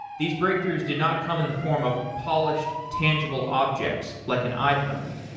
these breakthroughs did not come in the form of polished tangible objects, like an iphone.